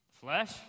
Flesh